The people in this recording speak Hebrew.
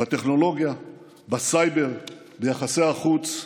בטכנולוגיה, בסייבר, ביחסי החוץ,